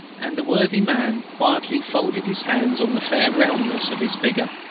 and the worthy man quietly folded his hands on the fair roundness of his figure.